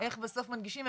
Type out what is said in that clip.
איך בסוף מנגישים?